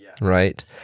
right